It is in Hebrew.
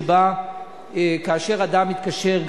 שבה כאשר אדם מתקשר,